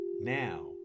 now